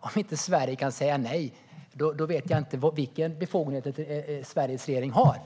Om inte Sverige kan säga nej, då vet jag inte vilka befogenheter som Sveriges regering har.